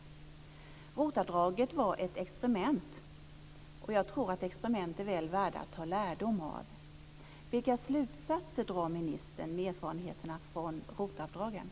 ROT-avdraget var ett experiment, och jag tror att experiment är väl värda att ta lärdom av. Vilka slutsatser drar ministern av erfarenheterna när det gäller